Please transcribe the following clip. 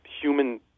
human